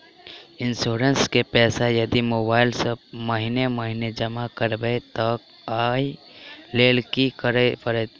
Insurance केँ पैसा यदि मोबाइल सँ महीने महीने जमा करबैई तऽ ओई लैल की करऽ परतै?